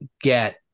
get